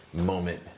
moment